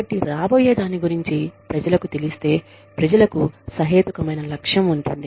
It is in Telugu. కాబట్టి రాబోయే దాని గురించి ప్రజలకు తెలిస్తే ప్రజలకు సహేతుకమైన లక్ష్యం ఉంటుంది